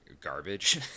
garbage